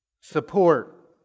support